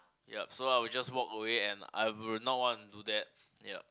yup so I will just walk away and I will not want to do that yup